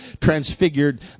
transfigured